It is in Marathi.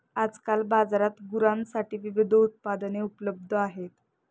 आजकाल बाजारात गुरांसाठी विविध उत्पादने उपलब्ध आहेत